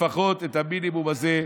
לפחות את המינימום הזה,